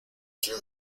quiero